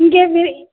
இங்கே